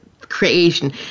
creation